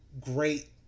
great